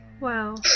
Wow